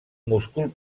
múscul